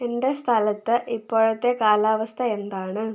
എന്റെ സ്ഥലത്ത് ഇപ്പോഴത്തെ കാലാവസ്ഥ എന്താണ്